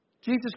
Jesus